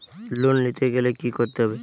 Loan নিতে গেলে কি করতে হবে?